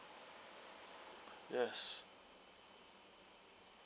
yes